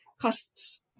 costs